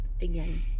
again